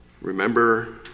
Remember